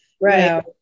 right